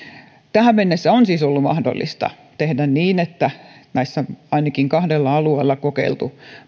tähän mennessä on siis ollut mahdollista tehdä niin ainakin kahdella alueella on kokeiltu